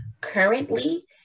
currently